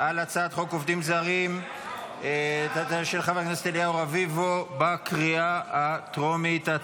על הצעת חוק עובדים זרים של חבר הכנסת אליהו רביבו בקריאה הטרומית.